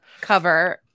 cover